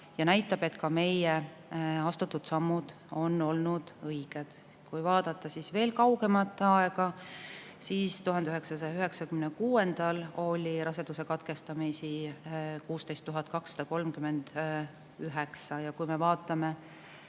ja näitab, et meie astutud sammud on olnud õiged. Kui vaadata veel kaugemat aega, siis 1996. aastal oli raseduse katkestamisi 16 239. Ja kui me vaatame